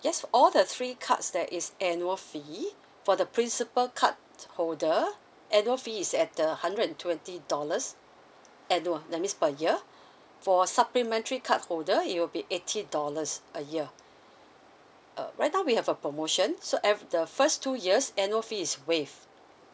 yes all the three cards there is annual fee for the principal card holder annual fee is at uh hundred and twenty dollars annual that means per year for supplementary card holder it will be eighty dollars a year uh right now we have a promotion so eve~the first two years annual fee is waive